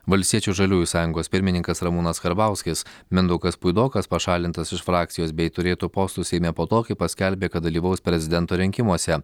valstiečių žaliųjų sąjungos pirmininkas ramūnas karbauskis mindaugas puidokas pašalintas iš frakcijos bei turėtų postų seime po to kai paskelbė kad dalyvaus prezidento rinkimuose